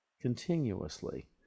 Continuously